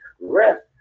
rest